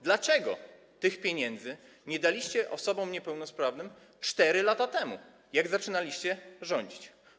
Dlaczego tych pieniędzy nie daliście osobom niepełnosprawnym 4 lata temu, jak zaczynaliście rządzić?